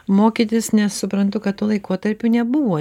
mokytis nes suprantu kad tuo laikotarpiu nebuvo